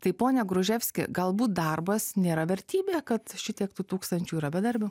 tai pone gruževski galbūt darbas nėra vertybė kad šitiek tų tūkstančių yra bedarbių